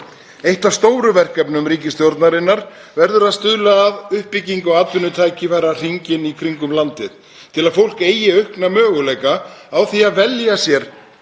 Eitt af stóru verkefnum ríkisstjórnarinnar verður að stuðla að uppbyggingu atvinnutækifæra hringinn í kringum landið til að fólk eigi aukna möguleika á því að velja sér